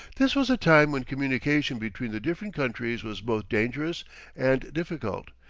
this was a time when communication between the different countries was both dangerous and difficult,